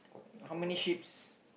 how many sheep's